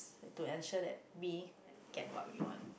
to ensure that we get what we want